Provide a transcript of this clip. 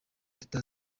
teta